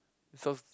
so